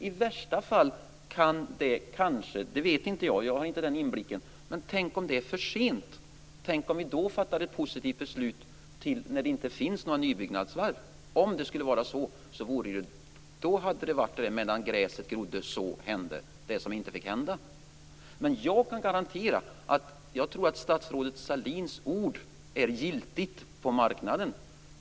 I värsta fall kan det kanske vara för sent. Det vet inte jag. Jag har inte den inblicken. Men tänk om det är det. Tänk om vi då fattar ett positivt beslut, när det inte finns några nybyggnadsvarv. Då hade det inträffat att medan gräset grodde hände det som inte fick hända. Jag tror att statsrådet Sahlins ord är giltigt på marknaden.